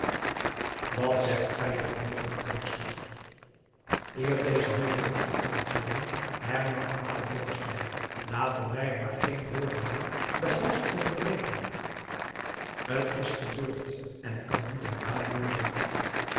wat zegt gij er van juffrouw wynstok eer deze hierop nog kon antwoorden hernam vader blommesteyn laten wij er maar geen woorden meer den hals over breken t is gebeurd en kan niet herdaan worden